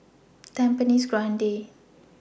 Tampines Grande